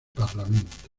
parlamento